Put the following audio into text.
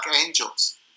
angels